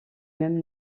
même